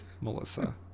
Melissa